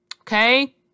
Okay